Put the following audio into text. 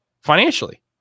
financially